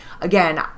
again